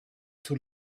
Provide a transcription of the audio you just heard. too